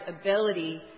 ability